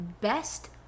best